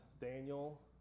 Daniel